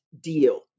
deal